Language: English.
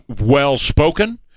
well-spoken